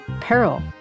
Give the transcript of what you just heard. peril